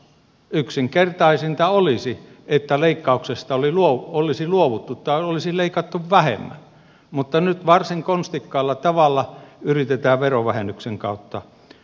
yksinkertaisinta olisi että leikkauksesta olisi luovuttu tai olisi leikattu vähemmän mutta nyt varsin konstikkaalla tavalla yritetään verovähennyksen kautta hoitaa